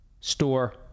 store